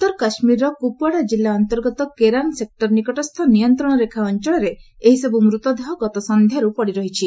ଉତ୍ତର କାଶ୍ମୀର୍ର କୁପ୍ୱାଡ଼ା କିଲ୍ଲା ଅନ୍ତର୍ଗତ କେରାନ୍ ସେକ୍ଟର ନିକଟସ୍ଥ ନିୟନ୍ତ୍ରଣ ରେଖା ଅଞ୍ଚଳରେ ଏହିସବୁ ମୃତଦେହ ଗତ ସନ୍ଧ୍ୟାରୁ ପଡ଼ି ରହିଛି